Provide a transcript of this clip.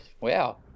Wow